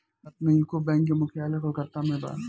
भारत में UCO bank के मुख्यालय कोलकाता में बा